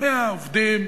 100 עובדים,